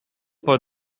for